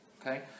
Okay